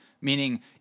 Meaning